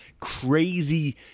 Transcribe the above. crazy